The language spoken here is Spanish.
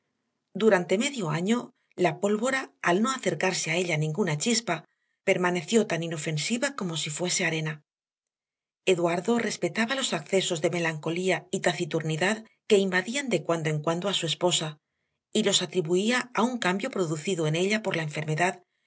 durante medio año la pólvora al no acercarse a ella ninguna chispa permaneció tan inofensiva como si fuese arena eduardo respetaba los accesos de melancolía y taciturnidad que invadían de cuando en cuando a su esposa y los atribuía a un cambio producido en ella por la enfermedad